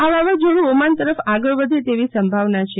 આ વાવાઝોડ઼ ઓમાન તરફ આગળ વધે તેવી સંભાવના છે